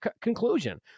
conclusion